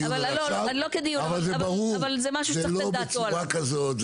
אבל ברור שזה לא בצורה כזאת.